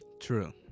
True